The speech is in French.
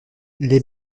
les